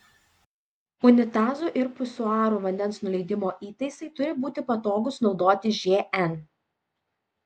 unitazų ir pisuarų vandens nuleidimo įtaisai turi būti patogūs naudotis žn